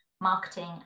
marketing